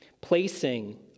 placing